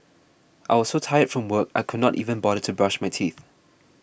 I was so tired from work I could not even bother to brush my teeth